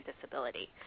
disability